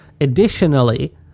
additionally